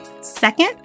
Second